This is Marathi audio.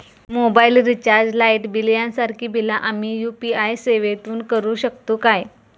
मोबाईल रिचार्ज, लाईट बिल यांसारखी बिला आम्ही यू.पी.आय सेवेतून करू शकतू काय?